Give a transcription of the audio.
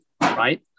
Right